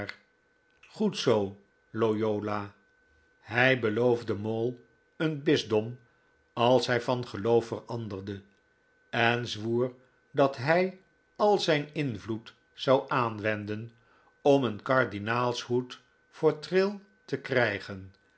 goed zoo loyola hij beloofde mole een bisdom als hij van geloof veranderde en zwoer dat hij al zijn invloed zou aanwenden om een kardinaalshoed voor trail te krijgen